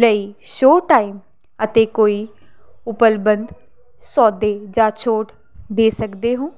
ਲਈ show time ਅਤੇ ਕੋਈ ਉਪਲਬਧ ਸੌਦੇ ਜਾਂ ਛੋਟ ਦੇ ਸਕਦੇ ਹੋ